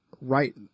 Right